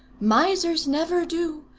misers never do.